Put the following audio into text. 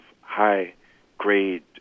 high-grade